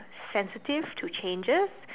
sensitive to changes